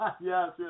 yes